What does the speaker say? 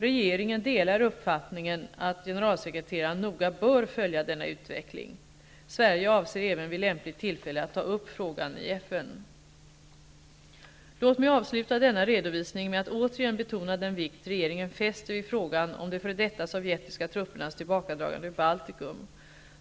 Regeringen delar uppfattningen att generalsekreteraren noga bör följa denna utveckling. Sverige avser även vid lämpligt tillfälle att ta upp frågan i FN. Låt mig avsluta denna redovisning med att återigen betona den vikt regeringen fäster vid frågan om de f.d. sovjetiska truppernas tillbakadragande ur Baltikum.